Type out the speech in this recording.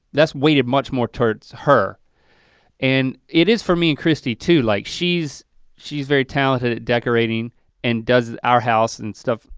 that's weighted much more towards her and it is for me and christy too, like, she's she's very talented at decorating and does our house and stuff,